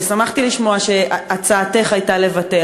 אני שמחתי לשמוע שהצעתך הייתה לבטל.